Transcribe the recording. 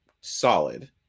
solid